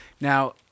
now